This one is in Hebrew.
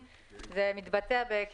יש לנו אתגרים בשני המישורים.